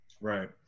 right